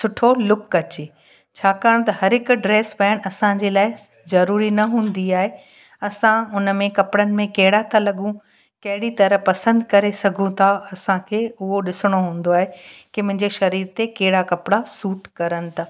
सुठो लुक अचे छाकाणि त हर हिकु ड्रेस पाइणु असांजे लाइ ज़रूरी न हूंदी आहे असां हुन में कपिड़नि में कहिड़ा था लॻूं कहिड़ी तरह पसंद करे सघूं था असांखे उहो ॾिसणो हूंदो आहे की मुंहिंजे शरीर ते कहिड़ा कपिड़ा सुट कनि था